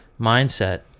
mindset